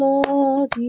Lord